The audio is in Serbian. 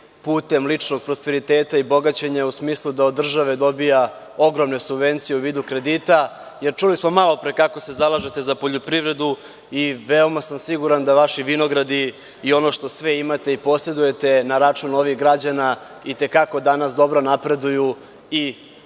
putem ličnog prosperiteta i bogaćenja da u smislu od države dobija ogromne subvencije u vidu kredita, jer čuli smo malopre kako se zalažete za poljoprivredu i veoma sam siguran da vaši vinogradi i ono što sve imate i posedujete na račun ovih građana, itekako danas dobro napreduju i imate